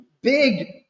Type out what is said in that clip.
big